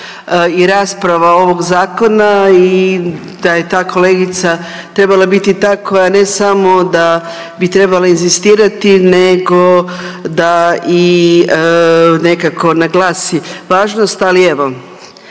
i rasprava ovog zakona i da je ta kolegica trebala biti ta koja ne samo da bi trebala inzistirati nego da i nekako naglasi važnost, ali evo.